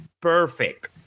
perfect